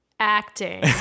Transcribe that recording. Acting